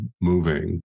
moving